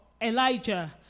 Elijah